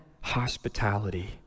hospitality